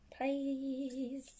Please